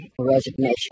resignation